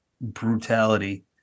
brutality